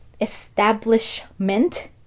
Establishment